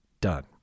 done